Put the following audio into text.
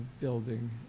building